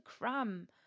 cram